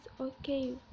okay